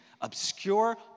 obscure